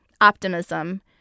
optimism